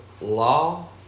Law